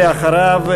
ואחריו,